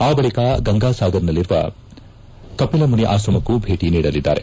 ಆ ಬಳಿಕ ಗಂಗಾಸಾಗರ್ನಲ್ಲಿರುವ ಕಪಿಲ್ ಮುನಿ ಆಶ್ರಮಕ್ಕೂ ಭೇಟಿ ನೀಡಲಿದ್ದಾರೆ